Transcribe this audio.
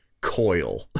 Coil